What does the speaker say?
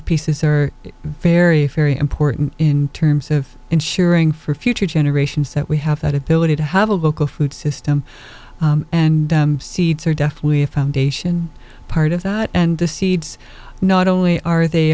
pieces are very very important in terms of ensuring for future generations that we have that ability to have a local food system and seeds are definitely a foundation part of that and the seeds not only are they a